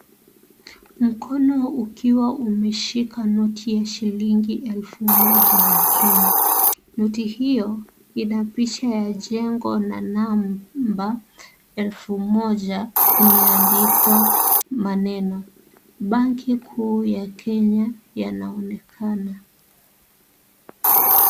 Mkono ukiwa umeshika noti ya shilingi elfu moja ya Kenya, noti hiyo ina picha ya jengo na namba elfu moja imeandikwa maneno banki kuu ya Kenya yanaonekana.